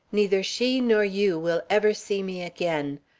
neither she nor you will ever see me again.